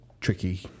tricky